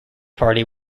party